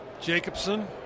Jacobson